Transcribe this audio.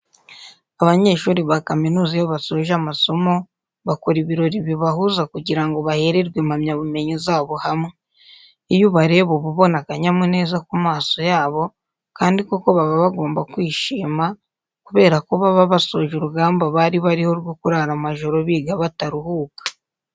Abanyeshuri ba kaminuza iyo basoje amasomo bakora ibirori bibahuza kugira ngo bahererwe impamyabumenyi zabo hamwe. Iyo ubareba uba ubona akanyamuneza ku maso yabo kandi koko baba bagomba kwishima kubera ko baba basoje urugamba bari bariho rwo kurara amajoro biga bataruhuka.